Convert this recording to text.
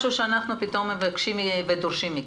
שאנחנו פתאום מבקשים ודורשים מכם.